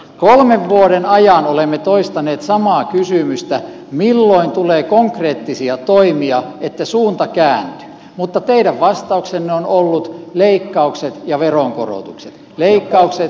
kolmen vuoden ajan olemme toistaneet samaa kysymystä milloin tulee konkreettisia toimia että suunta kääntyy mutta teidän vastauksenne on ollut leikkaukset ja veronkorotukset leikkaukset ja veronkorotukset